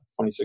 26